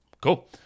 Cool